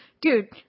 dude